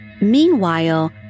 Meanwhile